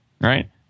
right